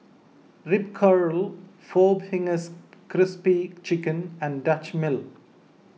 Ripcurl four Fingers Crispy Chicken and Dutch Mill